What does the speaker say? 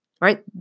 right